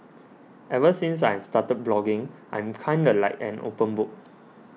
ever since I've started blogging I'm kinda like an open book